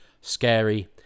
scary